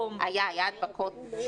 היו הדבקות.